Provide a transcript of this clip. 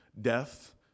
death